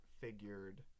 figured